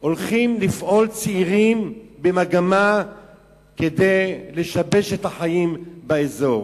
צעירים הולכים לפעול כדי לשבש את החיים באזור.